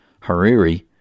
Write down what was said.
Hariri